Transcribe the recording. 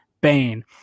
Bane